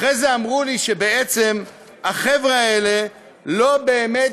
אחרי זה אמרו לי שבעצם החבר'ה האלה לא באמת